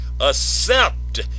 accept